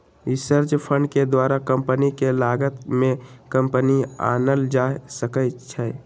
research fund के द्वारा company के लागत में कमी आनल जा सकइ छै